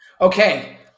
Okay